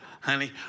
honey